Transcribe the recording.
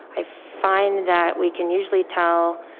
i find that we can usually tell.